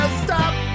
stop